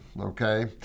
okay